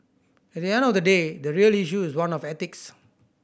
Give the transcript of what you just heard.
at the end of the day the real issue is one of ethics